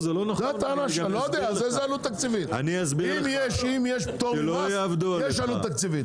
אם יש פטור ממס, יש עלות תקציבית.